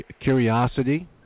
curiosity